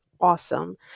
awesome